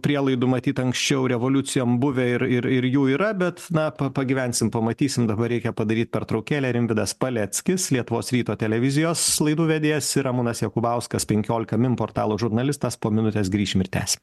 prielaidų matyt anksčiau revoliucijom buvę ir ir ir jų yra bet na pa pagyvensim pamatysim dabar reikia padaryt pertraukėlę rimvydas paleckis lietuvos ryto televizijos laidų vedėjas ir ramūnas jakubauskas penkiolika min portalo žurnalistas po minutės grįšim ir tęsim